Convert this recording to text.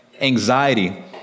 anxiety